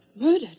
Murdered